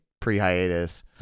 pre-hiatus